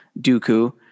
Dooku